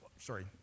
Sorry